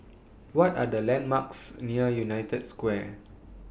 What Are The landmarks near United Square